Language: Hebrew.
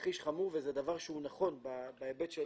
תרחיש חמור זה דבר שהוא נכון בהיבט של